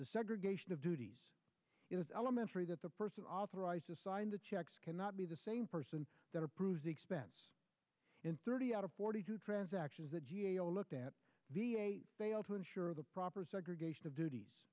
the segregation of duties it was elementary that the person authorized to sign the checks cannot be the same person that approves the expense in thirty out of forty two transactions the g a o looked at the eight fail to ensure the proper segregation of duties